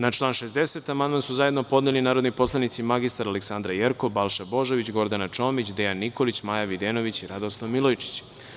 Na član 60. amandman su zajedno podneli narodni poslanici mr Aleksandra Jerkov, Balša Božović, Gordana Čomić, Dejan Nikolić, Maja Videnović i Radoslav Milojičić.